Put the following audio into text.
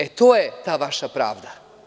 E, to je ta vaša pravda.